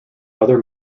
other